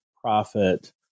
profit